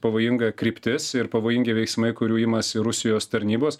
pavojinga kryptis ir pavojingi veiksmai kurių imasi rusijos tarnybos